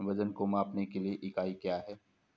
वजन को मापने के लिए इकाई क्या है?